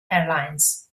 airlines